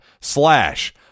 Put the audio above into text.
slash